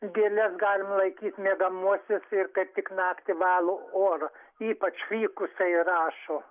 gėles galim laikyt miegamuosiuose ir kad tik naktį valo orą ypač fikusai rašo